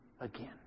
again